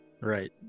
right